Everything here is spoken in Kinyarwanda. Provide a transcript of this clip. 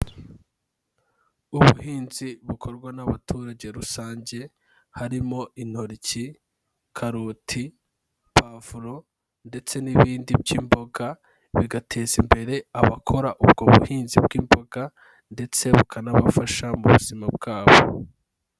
Ubuhinzi bukorwa n'abaturage rusange, harimo intoryi, karoti, pavuro ndetse n'ibindi by'imboga, bigateza imbere abakora ubwo buhinzi bw'imboga, ndetse bukanabafasha mu buzima bwabo.